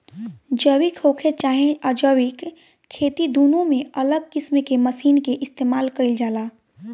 जैविक होखे चाहे अजैविक खेती दुनो में अलग किस्म के मशीन के इस्तमाल कईल जाला